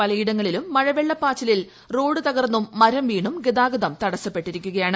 പലയിടങ്ങളിലും മഴവെള്ളപ്പാച്ചിലില് റോഡ് തകർന്നും മരംവീണും ഗതാഗതം തടസ്സപ്പെട്ടിരിക്കുകയാണ്